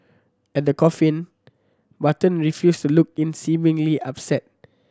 at the coffin Button refused to look in seemingly upset